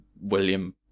William